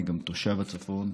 אני גם תושב הצפון.